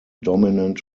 dominant